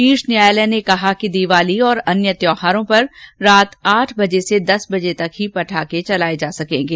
शीर्ष न्यायालय ने कहा कि दिवाली और अन्य त्यौहारों पर रात आठ बजे से दस बजे तक ही पटाखे चलाये जा सकेंगे